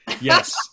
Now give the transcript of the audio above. Yes